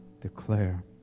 declare